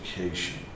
education